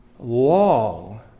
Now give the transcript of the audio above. long